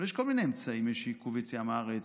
אבל יש כל מיני אמצעים: יש עיכוב יציאה מהארץ,